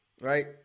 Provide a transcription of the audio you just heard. right